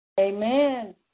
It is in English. Amen